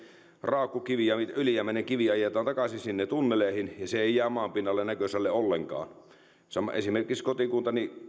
raakakivi ja ylijäämäinen kivi ajetaan takaisin sinne tunneleihin ja se ei jää maan pinnalle näkösälle ollenkaan esimerkiksi kotikuntani